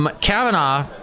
Kavanaugh